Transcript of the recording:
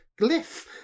Glyph